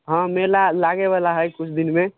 हँ मेला लागे बाला हइ किछु दिनमे